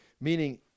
meaning